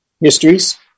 histories